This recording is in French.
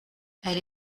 elle